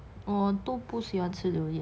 我都不喜欢吃榴莲